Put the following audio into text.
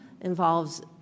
involves